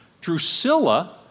Drusilla